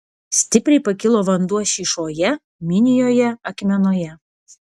stipriai pakilo vanduo šyšoje minijoje akmenoje